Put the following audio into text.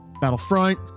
battlefront